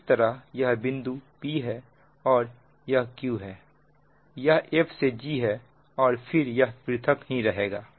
इस तरह यह बिंदु p और q है यह f से g है और फिर यह पृथक ही रहेगा